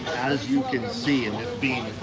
as you can see and it's being